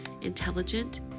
intelligent